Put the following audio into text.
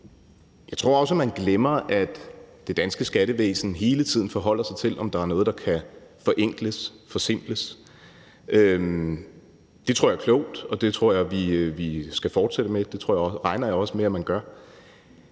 Jeg tror også, man glemmer, at det danske skattevæsen hele tiden forholder sig til, om der er noget, der kan forenkles, forsimples. Det tror jeg er klogt, og det tror jeg vi skal fortsætte med. Det regner jeg også med at man gør.